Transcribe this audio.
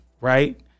right